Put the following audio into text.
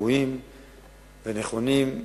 ראויים ונכונים.